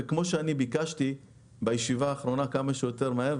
וכמו שביקשתי בישיבה האחרונה כמה שיותר מהר,